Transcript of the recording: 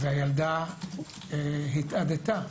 הילדה התאדתה.